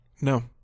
No